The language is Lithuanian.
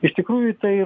iš tikrųjų tai